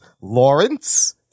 Lawrence